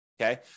okay